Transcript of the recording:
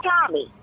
Tommy